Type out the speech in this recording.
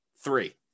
three